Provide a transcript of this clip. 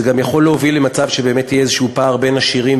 זה גם יכול להוביל למצב שיהיה איזה פער בין עשירים